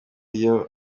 iyo